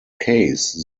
case